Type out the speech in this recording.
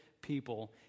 people